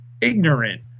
ignorant